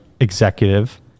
executive